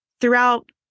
throughout